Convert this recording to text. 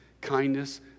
kindness